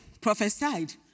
prophesied